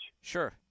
Sure